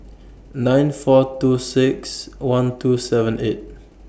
nine four two six one two seven eight